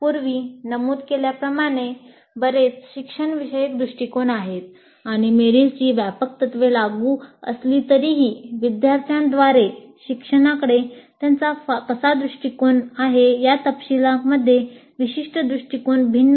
पूर्वी नमूद केल्याप्रमाणे बरेच शिक्षणविषयक दृष्टिकोन आहेत आणि मेरिलची व्यापक तत्त्वे लागू असली तरीही विद्यार्थ्यांद्वारे शिक्षणाकडे त्यांचा कसा दृष्टिकोन आहे या तपशीलांमध्ये विशिष्ट दृष्टीकोन भिन्न आहेत